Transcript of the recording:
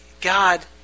God